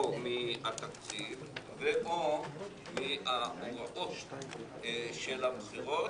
או מהתקציב ו/או מהעו"ש של הבחירות,